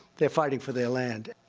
they're fighting for their land.